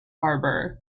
harbor